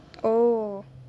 oh